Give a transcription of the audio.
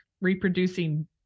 reproducing